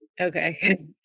Okay